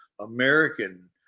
American